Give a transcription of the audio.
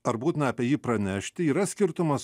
ar būtina apie jį pranešti yra skirtumas